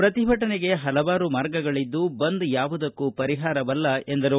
ಪ್ರತಿಭಟನೆಗೆ ಪಲವಾರು ಮಾರ್ಗಗಳಿದ್ದು ಬಂದ್ ಯಾವುದಕ್ಕೂ ಪರಿಪಾರವಲ್ಲ ಎಂದರು